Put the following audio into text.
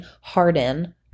harden